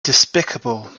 despicable